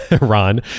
Ron